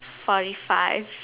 forty five